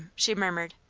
she murmured.